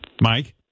Mike